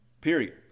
Period